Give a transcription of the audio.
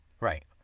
Right